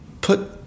put